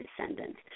descendants